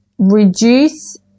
reduce